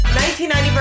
1990